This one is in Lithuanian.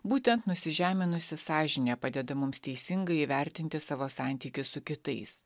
būtent nusižeminusi sąžinė padeda mums teisingai įvertinti savo santykius su kitais